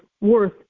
worth